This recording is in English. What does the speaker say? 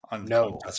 No